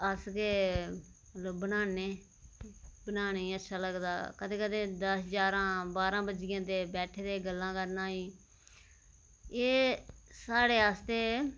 अस ते बनान्ने बनाने ई अच्छा लगदा कदें कदें दस ञारां बारां बजी जंदे बैठे दे गल्लां करन एह् साढ़े आस्तै